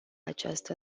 această